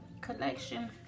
collection